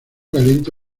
caliente